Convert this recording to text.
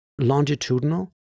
longitudinal